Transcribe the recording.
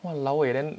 !walao! eh then